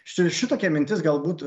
su šitokia mintis galbūt